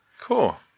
Cool